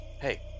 Hey